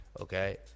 okay